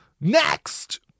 Next